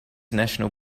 national